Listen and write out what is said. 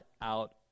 out